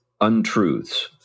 untruths